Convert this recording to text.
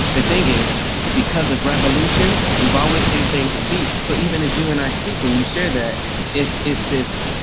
the thing is because of revolutions, we've always seen things repeat. so even as you and i speak, and you share that is is this.